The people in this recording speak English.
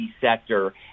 sector